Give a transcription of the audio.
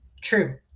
true